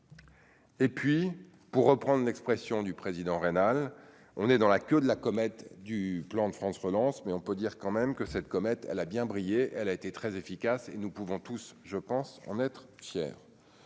Et puis, pour reprendre l'expression du président rénale, on est dans la queue de la comète du plan de France relance mais on peut dire quand même que cette comète, elle a bien briller, elle a été très efficace et nous pouvons tous je pense en être fier,